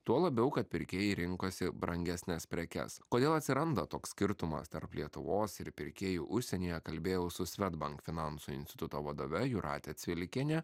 tuo labiau kad pirkėjai rinkosi brangesnes prekes kodėl atsiranda toks skirtumas tarp lietuvos ir pirkėjų užsienyje kalbėjau su swedbank finansų instituto vadove jūrate cvilikiene